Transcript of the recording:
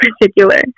particular